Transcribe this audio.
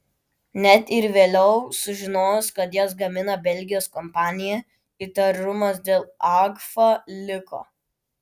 net ir vėliau sužinojus kad jas gamina belgijos kompanija įtarumas dėl agfa liko